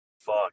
Fuck